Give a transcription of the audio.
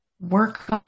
work